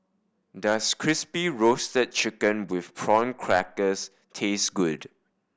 does Crispy Roasted Chicken with Prawn Crackers taste good